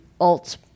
alt